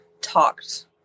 talked